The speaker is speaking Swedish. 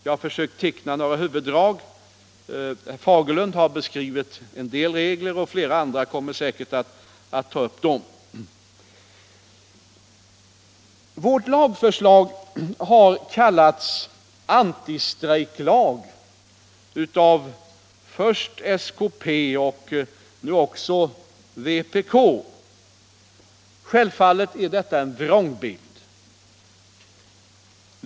Jag har försökt teckna några huvuddrag. Herr Fagerlund har beskrivit en del regler, och flera andra kommer säkert att ta upp dem. Vårt lagförslag har kallats en antistrejklag av först skp och nu också vpk. Självfallet är detta en vrångbild.